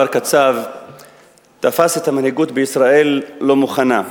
קצב תפס את המנהיגות בישראל לא מוכנה.